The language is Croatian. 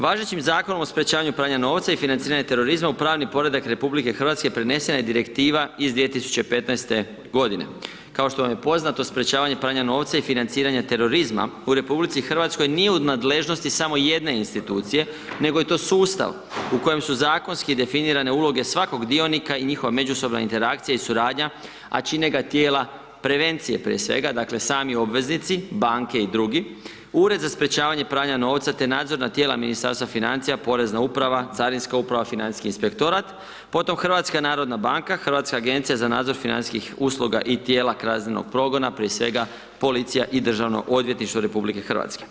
Važećim Zakonom o sprječavanju pranja novca i financiranju terorizma u pravni poredak RH, prenesena je direktiva iz 2015. g. Kao što vam je poznato sprječavanje pranja novca i financiranje terorizma u RH nije u nadležnosti samo jedne institucije, nego je to sustav u kojoj su zakonski definirane uloge svakog dionika i njihova međusobna interakcija i suradnja, a čine ga tijela prevencije prije svega, dakle, sami obveznici, banke i drugi, Ured za sprječavanje pranja novca, te nadzorna tijela Ministarstva financija, Porezna uprava, Carinska uprava, Financijski inspektorat, potom HNB, Hrvatska agencija za nadzor financijskih usluga i tijela kaznenog progona, prije svega Policija i Državno odvjetništvo RH.